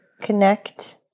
connect